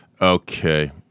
Okay